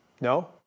No